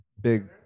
big